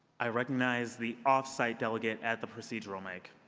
i recognize the off-site delegate at the procedural mic.